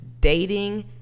dating